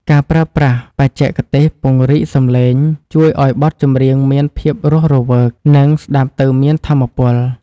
ការប្រើប្រាស់បច្ចេកទេសពង្រីកសំឡេងជួយឱ្យបទចម្រៀងមានភាពរស់រវើក និង ស្ដាប់ទៅមានថាមពល។